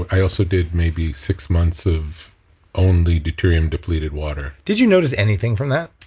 i also did maybe six months of only deuterium depleted water did you notice anything from that?